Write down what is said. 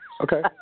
okay